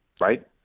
right